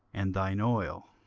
and thine oil.